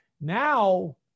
now